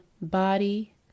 body